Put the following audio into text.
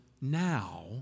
now